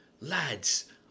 lads